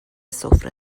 سفره